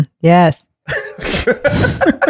Yes